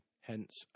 hence